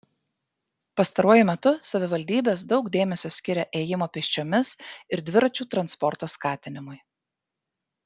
pastaruoju metu savivaldybės daug dėmesio skiria ėjimo pėsčiomis ir dviračių transporto skatinimui